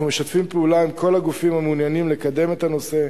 אנחנו משתפים פעולה עם כל הגופים המעוניינים לקדם את הנושא.